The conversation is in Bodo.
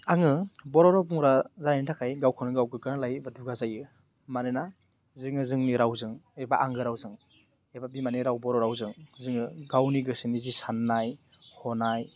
आङो बर' राव बुंग्रा जानायनि थाखाय गावखौनो गाव गोग्लानानै लायो दुगा जायो मानोना जोङो जोंनि रावजों एबा आंगो रावजों एबा बिमानि राव बर' रावजों जोङो गावनि गोसोनि जे सान्नाय हनाय